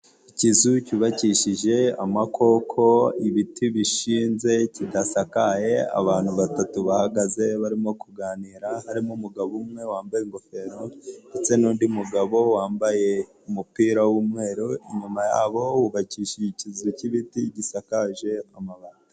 Ikizu cyubakishije amakoko, ibiti bishinze, kidasakaye, abantu batatu bahagaze barimo kuganira, harimo umugabo umwe wambaye ingofero ndetse n'undi mugabo wambaye umupira w'umweru, inyuma yabo hubakishije ikizu k'ibiti gisakaje amabati.